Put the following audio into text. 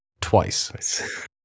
Twice